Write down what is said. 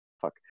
Fuck